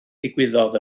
ddigwyddodd